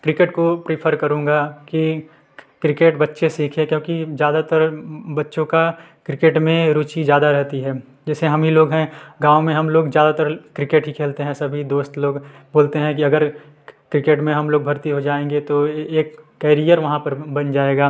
cricket को prefer करूंगा की कृ क्रिकेट बच्चे सीखें क्योंकि ज़्यादातर बच्चों का क्रिकेट में रुचि ज़्यादा रहती है जैसे हम ही लोग हैं गाँव में हम लोग ज़्यादातर क्रिकेट ही खेलते हैं सभी दोस्त लोग बोलते हैं कि अगर क्रिकेट में हम लोग भर्ती हो जाएंगे तो एक कैरियर वहाँ पर बन जाएगा